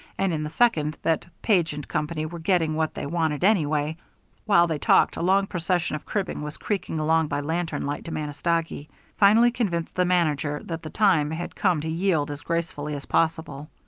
and in the second that page and company were getting what they wanted anyway while they talked a long procession of cribbing was creaking along by lantern light to manistogee finally convinced the manager that the time had come to yield as gracefully as possible.